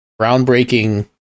groundbreaking